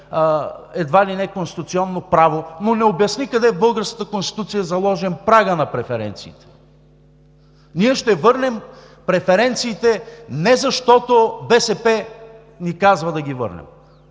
едва ли не конституционно право, но не обясни къде в българската Конституция е заложен прагът на преференциите. Ние ще върнем преференциите не защото БСП ни казва да ги върнем.